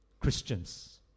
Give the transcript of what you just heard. Christians